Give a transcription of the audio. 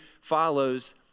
follows